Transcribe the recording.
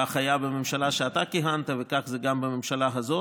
כך היה בממשלה שאתה כיהנת בה וכך זה גם בממשלה הזאת.